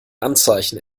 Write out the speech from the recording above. anzeichen